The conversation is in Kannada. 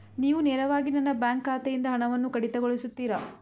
ನೀವು ನೇರವಾಗಿ ನನ್ನ ಬ್ಯಾಂಕ್ ಖಾತೆಯಿಂದ ಹಣವನ್ನು ಕಡಿತಗೊಳಿಸುತ್ತೀರಾ?